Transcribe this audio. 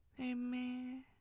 amen